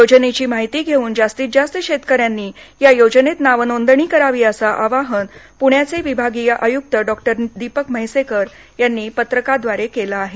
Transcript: योजनेची माहिती घेऊन जास्तीत जास्त शेतकऱ्यांनी या योजनेत नावनोंदणी करावी असं आवाहन प्ण्याचे विभागीय आयुक्त डॉक्टर दीपक म्हैसेकर यांनी पत्रकाद्वारे केलं आहे